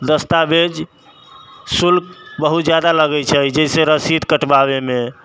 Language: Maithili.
दस्तावेज शुल्क बहुत ज्यादा लगै छै जइसे रसीद कटबाबैमे